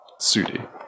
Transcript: Sudi